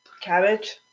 Cabbage